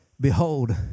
Behold